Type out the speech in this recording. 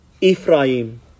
Ephraim